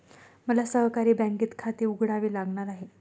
मला सहकारी बँकेत खाते उघडावे लागणार आहे